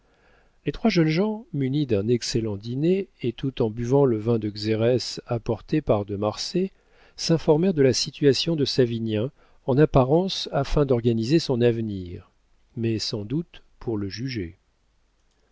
les trois jeunes gens munis d'un excellent dîner et tout en buvant le vin de xérès apporté par de marsay s'informèrent de la situation de savinien en apparence afin d'organiser son avenir mais sans doute pour le juger